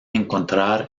encontrar